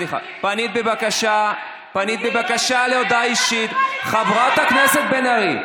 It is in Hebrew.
תודה רבה.